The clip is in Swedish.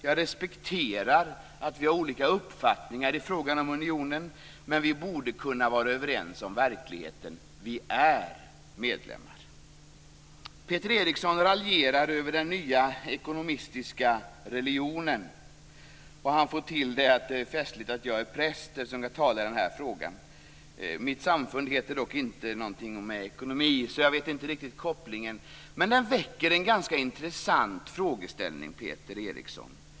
Jag respekterar att vi har olika uppfattningar i fråga om unionen, men vi borde kunna vara överens om verkligheten: Vi är medlemmar. Peter Eriksson raljerar över den nya ekonomistiska religionen. Han får till något om att det är festligt att jag är präst och talar i den här frågan. Mitt samfund heter dock inte någonting med ekonomi, så jag förstår inte kopplingen. Men Peter Eriksson väcker en ganska intressant frågeställning.